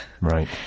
Right